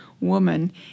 woman